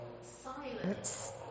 Silence